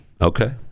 okay